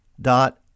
dot